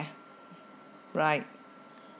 right